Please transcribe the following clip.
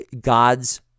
God's